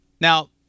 Now